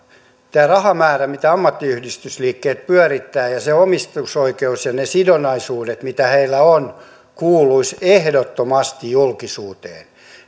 tämä rahamäärä mitä ammattiyhdistysliikkeet pyörittävät ja se omistusoikeus ja ne sidonnaisuudet mitä heillä on kuuluisivat ehdottomasti julkisuuteen